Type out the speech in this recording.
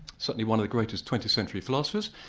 certainly one of the greatest twentieth century philosophers.